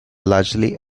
largely